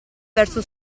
verso